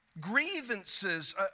grievances